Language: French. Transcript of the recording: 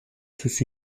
sous